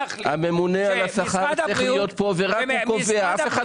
הממונה על השכר צריך להיות פה, רק הוא קובע.